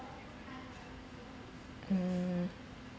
mm